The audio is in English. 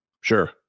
Sure